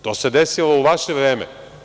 To se desilo u vaše vreme.